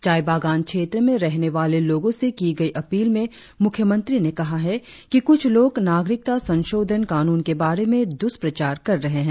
चाय बागान क्षेत्र में रहने वाले लोगों से की गई अपील में मुख्यमंत्री ने कहा है कि कुछ लोग नागरिकता संशोधन कानून के बारे में दुष्प्रचार कर रहे हैं